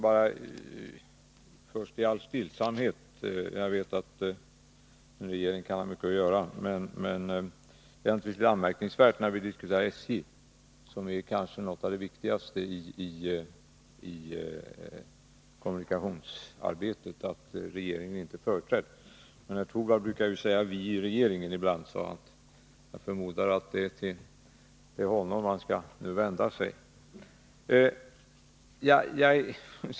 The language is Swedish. Herr talman! Jag vet att regeringen har mycket att göra, men låt mig ändå i all stillsamhet konstatera att jag finner det anmärkningsvärt att regeringen, när vi diskuterar SJ som kanske är något av det viktigaste i kommunikationsarbetet, inte är företrädd. Men herr Torwald brukar ju ibland säga ”vi i regeringen”, så jag förmodar att det är till honom man nu skall vända sig.